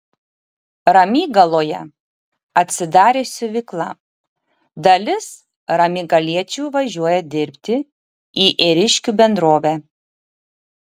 ramygaloje atsidarė siuvykla dalis ramygaliečių važiuoja dirbti į ėriškių bendrovę